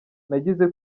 nagize